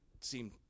seem